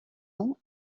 ans